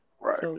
Right